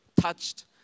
touched